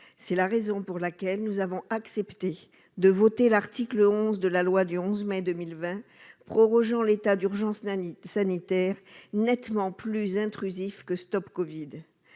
C'est la raison pour laquelle nous avons accepté de voter l'article 11 de la loi du 11 mai 2020 prorogeant l'état d'urgence sanitaire, nettement plus intrusif que StopCovid.